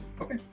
Okay